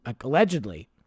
allegedly